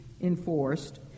enforced